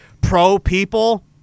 pro-people